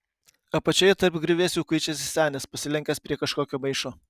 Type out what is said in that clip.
apačioje tarp griuvėsių kuičiasi senis pasilenkęs prie kažkokio maišo